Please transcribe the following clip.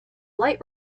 light